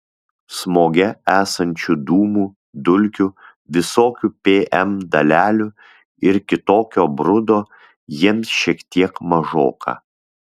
smoge esančių dūmų dulkių visokių pm dalelių ir kitokio brudo jiems šiek tiek mažoka